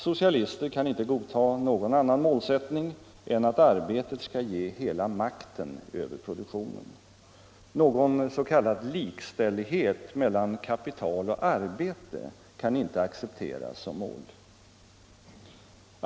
Socialister kan inte godta någon annan målsättning än att arbetet skall ge hela makten över produktionen. Någon s.k. likställighet mellan kapital och arbete kan inte accepteras som mål.